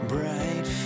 Bright